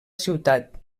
ciutat